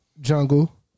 Jungle